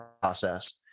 process